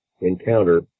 encounter